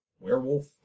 werewolf